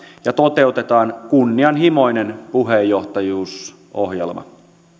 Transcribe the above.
ja toteutetaan kunnianhimoinen puheenjohtajuusohjelma